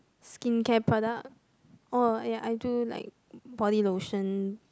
skincare product oh ya I do like body lotion